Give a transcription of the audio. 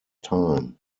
time